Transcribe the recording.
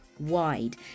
Wide